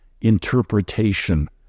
interpretation